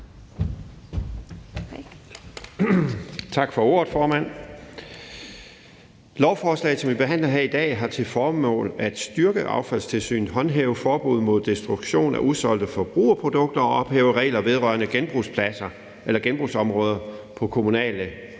Tak for ordet, formand. Lovforslaget, som vi behandler her i dag, har til formål at styrke vores affaldstilsyn, håndhæve forbuddet mod destruktion af usolgte forbrugerprodukter og ophæve regler vedrørende genbrugsområder på kommunale